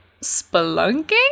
spelunking